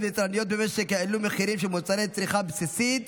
ויצרניות במשק העלו מחירים של מוצרי צריכה בסיסיים,